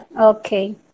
okay